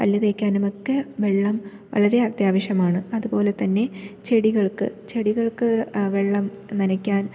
പല്ലുതേക്കാനും ഒക്കെ വെള്ളം വളരെ അത്യാവശ്യമാണ് അതുപോലെതന്നെ ചെടികൾക്ക് ചെടികൾക്ക് വെള്ളം നനയ്ക്കാൻ